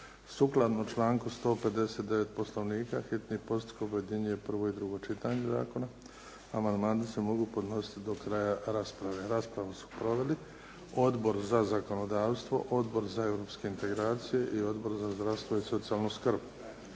Sukladno članku 159. Poslovnika hitni postupak objedinjuje prvo i drugo čitanje zakona. Amandmani se mogu podnositi do kraja rasprave. Raspravu su proveli Odbor za zakonodavstvo, Odbor za europske integracije i Odbor za zdravstvo i socijalnu skrb.